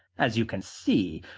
as you can see,